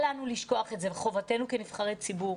אל לנו לשכוח את זה וחובתנו כנבחרי ציבור